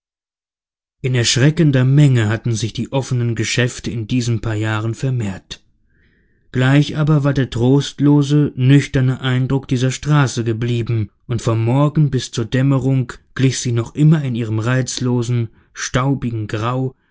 in erschreckender menge hatten sich die offenen geschäfte in diesen paar jahren vermehrt gleich aber war der trostlose nüchterne eindruck dieser straße geblieben und vom morgen bis zur dämmerung glich sie noch immer in ihrem reizlosen staubigen grau